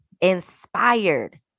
inspired